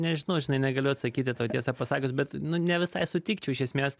nežinau žinai negaliu atsakyti tau tiesą pasakius bet nu ne visai sutikčiau iš esmės